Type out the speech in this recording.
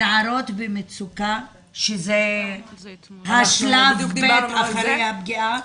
נערות במצוקה שזה השלב אחרי הפגיעה.